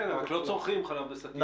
כן, אלא שלא צורכים חלב בשקיות.